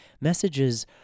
messages